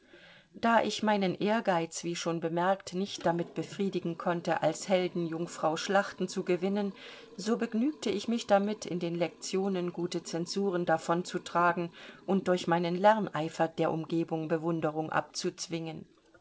da ich meinen ehrgeiz wie schon bemerkt nicht damit befriedigen konnte als heldenjungfrau schlachten zu gewinnen so begnügte ich mich damit in den lektionen gute zensuren davonzutragen und durch meinen lerneifer der umgebung bewunderung abzuzwingen